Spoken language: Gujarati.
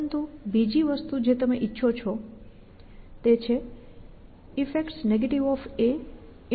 પરંતુ બીજી વસ્તુ છે જે તમે ઇચ્છો effects g